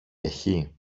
έχει